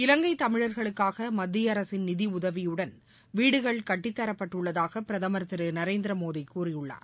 இலங்கை தமிழர்களுக்காக மத்திய அரசின் நிதியுதவியுடன் வீடுகள் கட்டித்தரப்பட்டுள்ளதாக பிரதமர் திரு நரேந்திர மோடி கூறியுள்ளார்